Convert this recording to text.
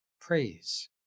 praise